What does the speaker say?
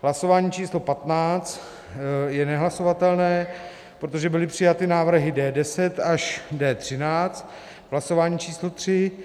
Hlasování číslo patnáct je nehlasovatelné, protože byly přijaty návrhy D10 až D13 v hlasování číslo tři.